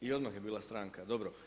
I odmah je bila stranka, dobro.